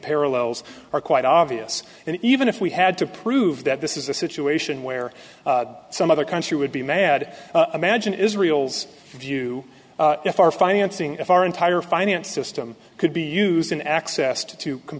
parallels are quite obvious and even if we had to prove that this is a situation where some other country would be mad imagine israel's view if our financing of our entire finance system could be used in access to to com